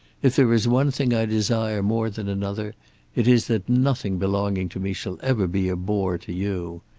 if there is one thing i desire more than another it is that nothing belonging to me shall ever be a bore to you.